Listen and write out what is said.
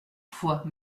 fois